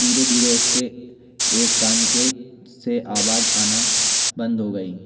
धीरे धीरे उसके एक कान के से आवाज आना बंद हो गई